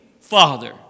Father